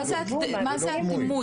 מה זה "דמוי"?